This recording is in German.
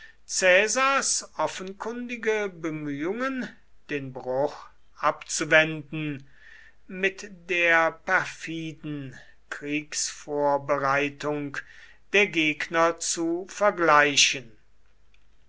offenkundige bemühungen den bruch abzuwenden mit der perfiden kriegsvorbereitung der gegner zu vergleichen